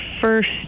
first